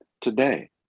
today